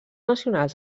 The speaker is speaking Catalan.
nacionals